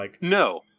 No